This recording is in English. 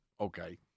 okay